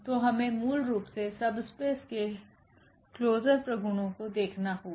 तो हमें मूल रूप से सबस्पेस के क्लोसर प्रगुणों को देखना होगा